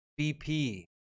BP